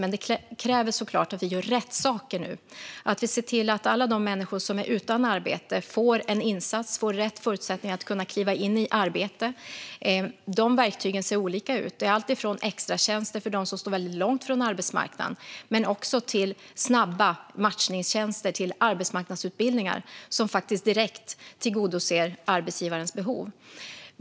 Men det krävs såklart att vi gör rätt saker nu. Vi måste se till att alla de människor som är utan arbete får en insats och får rätt förutsättningar att kliva in i arbete. Dessa verktyg ser olika ut. Det är alltifrån extratjänster för dem som står långt ifrån arbetsmarknaden till snabba matchningstjänster och arbetsmarknadsutbildningar som direkt tillgodoser arbetsgivarens behov.